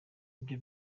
ibyo